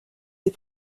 des